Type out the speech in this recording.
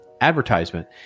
advertisement